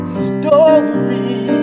story